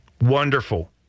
Wonderful